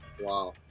Wow